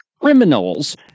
criminals